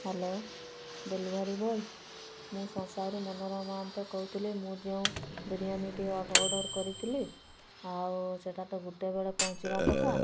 hello delivery boy ମୁଁ ସଂସାରରୁ ମୋନାରମା ଅନ୍ତ କହୁଥିଲି ମୁଁ ଯେଉଁ ବିରିୟାନିଟି ଅର୍ଡ଼ର୍ କରିଥିଲି ଆଉ ସେଟା ତ ଗୁଟେ ବେଳେ ପହଞ୍ଚିବା କଥା